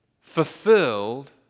fulfilled